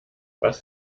was